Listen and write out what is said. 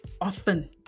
often